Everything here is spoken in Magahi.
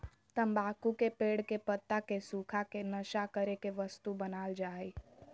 तम्बाकू के पेड़ के पत्ता के सुखा के नशा करे के वस्तु बनाल जा हइ